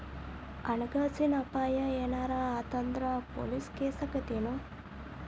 ಹಣ ಕಾಸಿನ್ ಅಪಾಯಾ ಏನರ ಆತ್ ಅಂದ್ರ ಪೊಲೇಸ್ ಕೇಸಾಕ್ಕೇತೆನು?